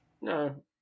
No